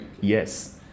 Yes